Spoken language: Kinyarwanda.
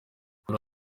kuri